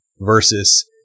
versus